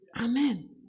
Amen